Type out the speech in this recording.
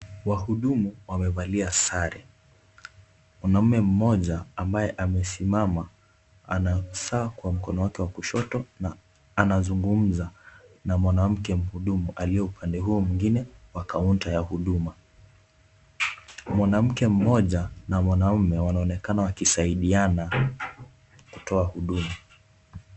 Wahudumu wamevalia sare. Mwanaume mmoja ambaye amesimama ana saa kwa mkono wake wa kushoto na anazungumza na mwanamke mhudumu aliye upande huo mwingine wa kaunta ya huduma. Mwanamke mmoja na mwanaume wanaonekana wakisaidiana kutoa huduma.